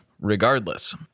regardless